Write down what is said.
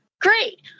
Great